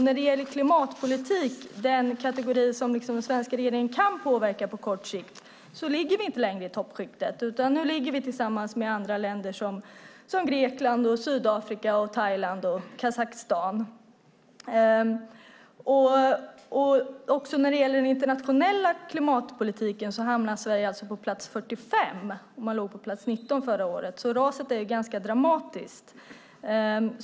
När det gäller klimatpolitik, den kategori som den svenska regeringen kan påverka på kort sikt, ligger vi inte längre i toppskiktet. Nu ligger vi tillsammans med andra länder som Grekland, Sydafrika, Thailand och Kazakstan. När det gäller den internationella klimatpolitiken hamnar Sverige på plats 45, och vi låg på plats 19 förra året. Raset är ganska dramatiskt.